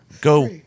Go